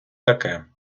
таке